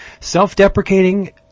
self-deprecating